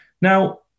Now